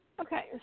Okay